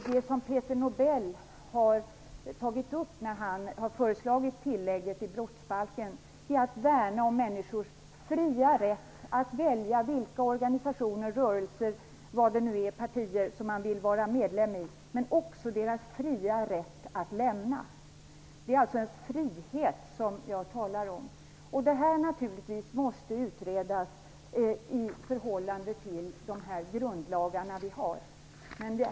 Det som Peter Nobel har tagit fasta på när han har föreslagit tillägget till brottsbalken är värnandet om människors fria rätt att välja vilka organisationer, rörelser, partier e.d. som de vill vara medlemmar i liksom också deras fria rätt att gå ut ur dem. Det som jag talar om är alltså en frihet. Detta måste naturligtvis utredas i förhållande till de grundlagar som vi har.